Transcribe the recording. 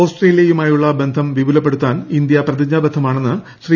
ഓസ്ട്രേലിയയുമായുള്ള ബന്ധം വിപുലപ്പെടുത്താൻ ഇന്ത്യ പ്രതിജ്ഞാബദ്ധമാണെന്ന് ശ്രീ